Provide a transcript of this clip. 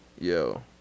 Yo